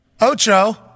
Ocho